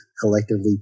collectively